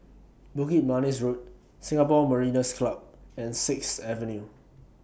Bukit Manis Road Singapore Mariners' Club and Sixth Avenue